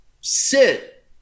sit